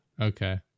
okay